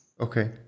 Okay